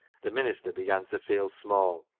the minister began to feel small.